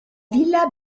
villa